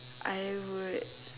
I would